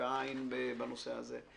בעין בנושא הזה.